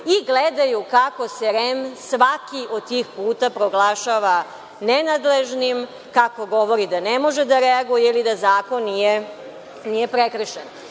i gledaju kako se REM svaki od tih puta proglašava nenadležnim, kako govori da ne može da reaguje ili da zakon nije prekršen. Jako